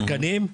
תקנים,